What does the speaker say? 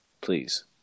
please